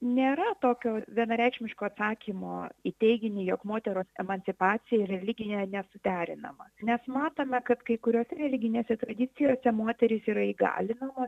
nėra tokio vienareikšmiško atsakymo į teiginį jog moterų emancipacija ir religija nesuderinama nes matome kad kai kuriose religinėse tradicijose moterys yra įgalinamos